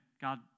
God